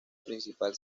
principal